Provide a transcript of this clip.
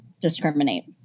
discriminate